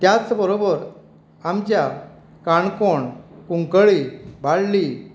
त्याच बरोबर आमच्या काणकोण कुंकळ्ळी बाळ्ळी